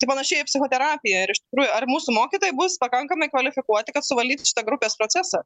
tai panašiai į psichoterapiją ir iš tikrųjų ar mūsų mokytojai bus pakankamai kvalifikuoti kad suvaldytų šitą grupės procesą